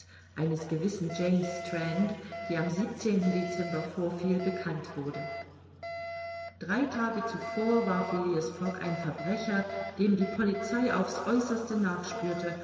eines gewissen james strand die am dezember vorfiel bekannt wurde drei tage zuvor war phileas fogg ein verbrecher dem die polizei auf's äußerste nachspürte